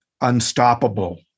unstoppable